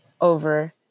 over